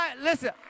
Listen